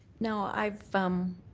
now, i've um